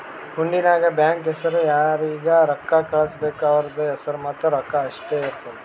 ಹುಂಡಿ ನಾಗ್ ಬ್ಯಾಂಕ್ ಹೆಸುರ್ ಯಾರಿಗ್ ರೊಕ್ಕಾ ಕಳ್ಸುಬೇಕ್ ಅವ್ರದ್ ಹೆಸುರ್ ಮತ್ತ ರೊಕ್ಕಾ ಇಷ್ಟೇ ಇರ್ತುದ್